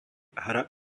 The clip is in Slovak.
hra